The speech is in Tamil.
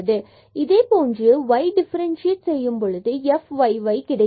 இதேபோன்று இதை y டிஃபரன்சியேட் நாம் செய்யும் பொழுது fyy கிடைக்கிறது